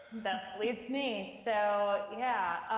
that leads me. so yeah,